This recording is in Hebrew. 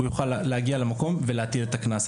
הוא יוכל להגיע למקום ולהטיל את הקנס.